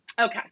Okay